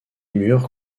murs